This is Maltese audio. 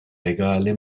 legali